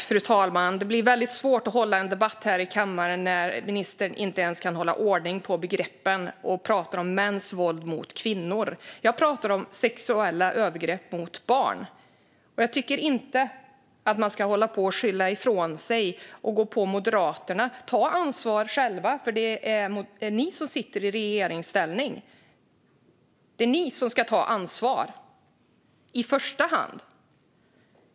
Fru talman! Det blir väldigt svårt att hålla en debatt här i kammaren när ministern inte ens kan hålla ordning på begreppen. Han pratar om mäns våld mot kvinnor; jag pratar om sexuella övergrepp mot barn. Jag tycker inte heller att man ska skylla ifrån sig och gå på Moderaterna. Ta ansvar själva! Det är ni som sitter i regeringsställning. Det är ni som ska ta ansvar i första hand.